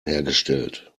hergestellt